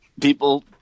people